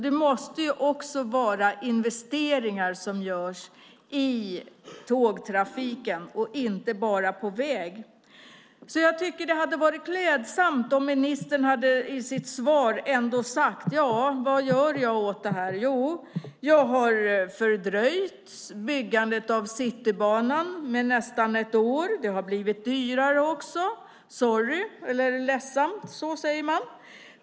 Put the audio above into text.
Det måste vara investeringar också i tågtrafiken och inte bara i väg. Det hade varit klädsamt om ministern i sitt svar hade sagt: Vad gör jag åt det här? Jo, jag har fördröjt byggandet av Citybanan med nästan ett år. Det har blivit dyrare - ledsamt.